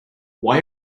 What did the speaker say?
why